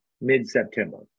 mid-September